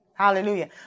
Hallelujah